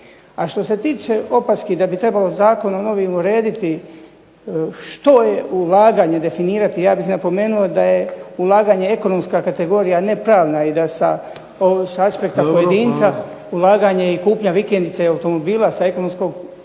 A što se tiče opaski da bi trebalo zakonom novim urediti što je ulaganje i definirati, ja bih napomenuo da je ulaganje ekonomska kategorija a ne pravna i da sa ovog aspekta pojedinca ulaganje i kupnja vikendice i automobila sa ekonomskog gledišta